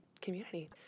community